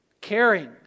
caring